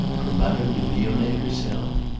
from madame de vionnet herself?